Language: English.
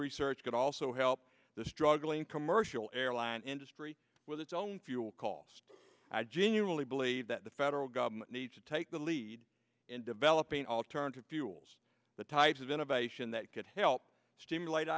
research could also help the struggling commercial airline industry with its own fuel costs i genuinely believe that the federal government needs to take the lead in developing alternative fuels the type of innovation that could help stimulate the